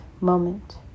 moment